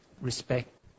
respect